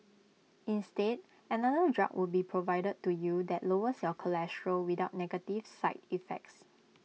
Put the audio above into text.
instead another drug would be provided to you that lowers your cholesterol without negative side effects